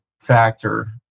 factor